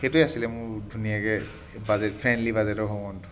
সেইটোৱে আছিলে মোৰ ধুনীয়াকৈ বাজেট ফ্ৰেণ্ডলি বাজেটৰ ভ্ৰমণ